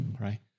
right